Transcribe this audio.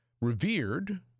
revered